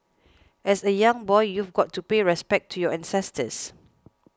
as a young boy you've got to pay respects to your ancestors